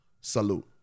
Salute